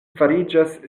fariĝas